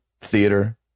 theater